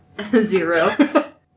Zero